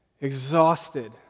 Exhausted